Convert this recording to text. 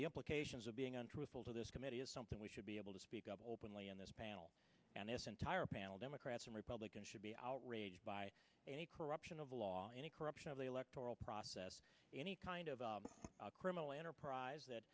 the implications of being untruthful to this committee is something we should be able to speak up openly on this panel and this entire panel democrats and republicans should be outraged by any corruption of law any corruption of the electoral process any kind of criminal enterprise that